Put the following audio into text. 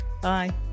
Bye